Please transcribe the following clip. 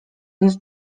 his